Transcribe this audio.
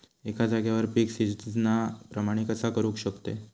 एका जाग्यार पीक सिजना प्रमाणे कसा करुक शकतय?